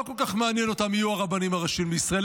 שלא כל כך מעניין אותם מי יהיו הרבנים הראשיים לישראל.